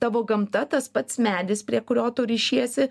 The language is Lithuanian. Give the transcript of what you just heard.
tavo gamta tas pats medis prie kurio tu rišiesi